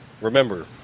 Remember